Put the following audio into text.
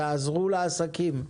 תעזרו לעסקים.